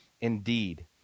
Indeed